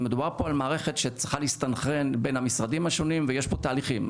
מדובר פה על מערכת שצריכה להסתנכרן בין המשרדים השונים ויש פה תהליכים,